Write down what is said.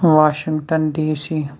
washing ton D C